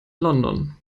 london